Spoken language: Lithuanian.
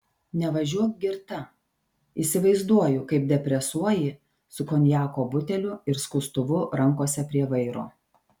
nevažiuok girta įsivaizduoju kaip depresuoji su konjako buteliu ir skustuvu rankose prie vairo